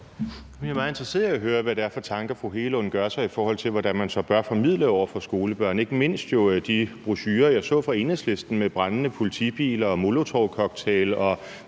Jeg er meget interesseret i at høre, hvad det er for tanker, fru Anne Hegelund gør sig, i forhold til hvordan man så bør formidle over for skolebørn, jo ikke mindst i forhold til de brochurer, jeg så, fra Enhedslisten med brændende politibiler og molotovcocktails, og